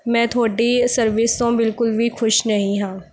ਮੈਂ ਤੁਹਾਡੀ ਸਰਵਿਸ ਤੋਂ ਬਿਲਕੁਲ ਵੀ ਖੁਸ਼ ਨਹੀਂ ਹਾਂ